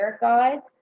guides